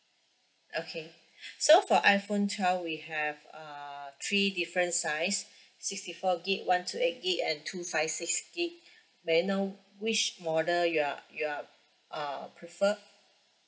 okay so for iPhone twelve we have uh three different size sixty four gig one two eight gig and two five six gig may I know which model you're you're uh prefer